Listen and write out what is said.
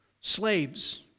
slaves